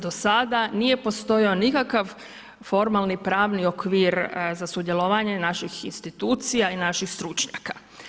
Do sada nije postojao nikakav formalni, pravni okvir za sudjelovanje naših institucija i naših stručnjaka.